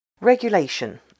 Regulation